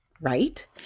right